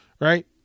right